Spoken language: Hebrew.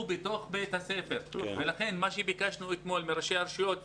בתוך בית הספר ולכן ביקשנו אתמול מראשי הרשויות,